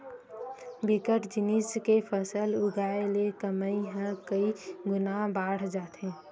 बिकट जिनिस के फसल उगाय ले कमई ह कइ गुना बाड़ जाही